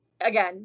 again